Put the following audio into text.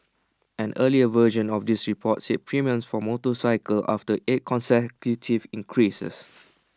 an earlier version of this report said premiums for motorcycles after eight consecutive increases